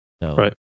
Right